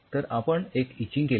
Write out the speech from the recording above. तर आपण इचिंग केली